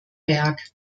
berg